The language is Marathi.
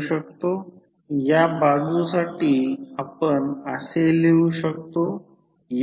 शक्य नाही परंतु आपल्या स्पष्टीकरणासाठी तसे घेतले आहे